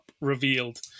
Revealed